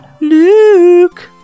Luke